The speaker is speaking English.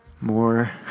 more